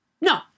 No